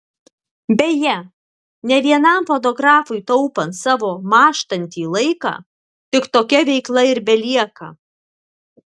beje ne vienam fotografui taupant savo mąžtantį laiką tik tokia veikla ir belieka